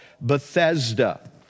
Bethesda